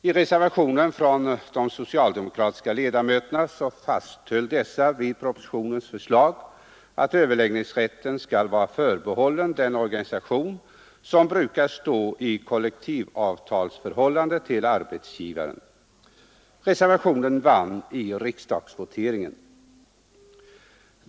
I reservation från de socialdemokratiska ledamöterna fasthöll dessa vid propositionens förslag att överläggningsrätten skall vara förbehållen den organisation som brukar stå i kollektivavtalsförhållande till arbetsgivaren. Reservationen vann i riksdagsvoteringen.